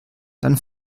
dann